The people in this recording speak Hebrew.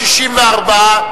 64,